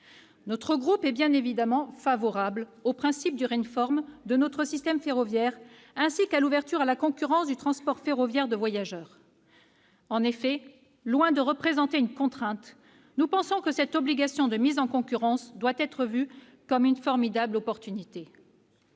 Républicains est bien évidemment favorable au principe d'une réforme de notre système ferroviaire, ainsi qu'à l'ouverture à la concurrence du transport ferroviaire de voyageurs. En effet, loin de représenter une contrainte, nous pensons que cette obligation de mise en concurrence doit être vue comme une formidable opportunité.